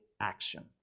action